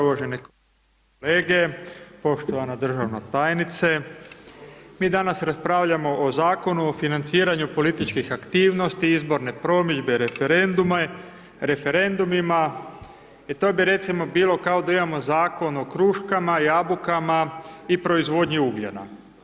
Uvažene kolege, poštovana državna tajnice, mi danas raspravljamo o Zakonu o financiranju političkih aktivnosti, izborne promidžbe i referendumima, i to bi, recimo, bilo kao da imamo Zakon o kruškama, jabukama i proizvodnji ugljena.